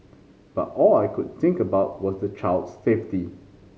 but all I could think about was the child's safety